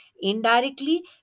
Indirectly